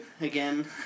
Again